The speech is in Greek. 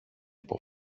από